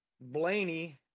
Blaney